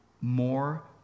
more